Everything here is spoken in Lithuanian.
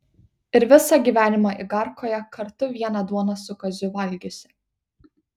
ir visą gyvenimą igarkoje kartu vieną duoną su kaziu valgiusi